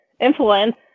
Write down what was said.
influence